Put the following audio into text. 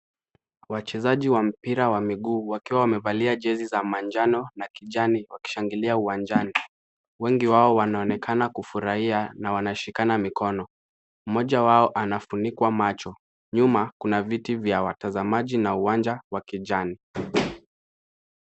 Wachezaji wa mpira wa miguu wakiwa wamevalia jezi za manjano na jani wakishangilia uwanjani. Wengi wao wanaonekana kufurahia na wanashikana mikono. Mmoja wao anafunikwa macho, nyuma kuna viti vya watazamaji na uwanja wa kijani.